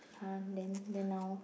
!huh! then then now